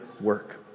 work